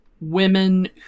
women